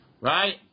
Right